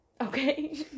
Okay